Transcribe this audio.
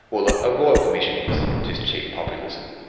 well, a royal commission is just cheap populism.